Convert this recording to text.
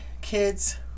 kids